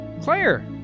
Claire